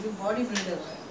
not me that [one] தம்பி:thambi